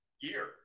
year